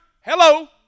Hello